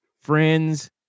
Friends